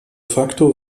facto